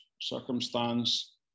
circumstance